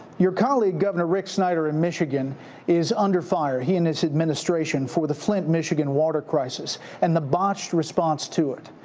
your colleague, governor rick snyder of and michigan is under fire he and his administration for the flint, michigan water crisis and the botched response to it.